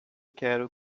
quero